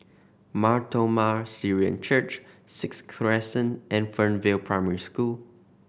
Mar Thoma Syrian Church Sixth Crescent and Fernvale Primary School